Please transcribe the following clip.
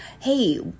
hey